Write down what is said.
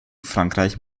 frankreich